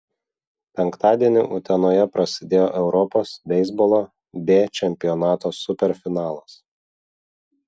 penktadienį utenoje prasidėjo europos beisbolo b čempionato superfinalas